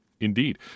Indeed